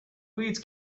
weeds